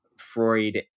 freud